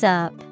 up